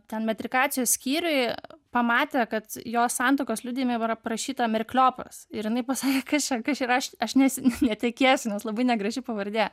ten metrikacijos skyriuj pamatė kad jos santuokos liudijime jau yra parašyta merkliopas ir jinai pasakė kas čia kas čia yra aš ne netekėsiu nes labai negraži pavardė